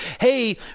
hey